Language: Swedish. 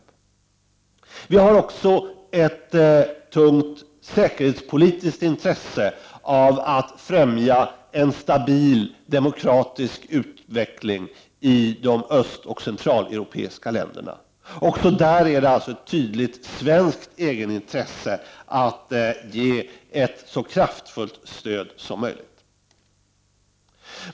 Vi i Sverige har också ett stort säkerhetspolitiskt intresse av att främja en stabil demokratisk utveckling i de östoch centraleuropeiska länderna. Också där finns det ett tydligt svenskt egenintresse av att ge ett så kraftfullt stöd som möjligt.